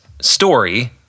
story